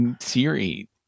Siri